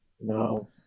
No